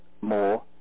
more